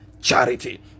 charity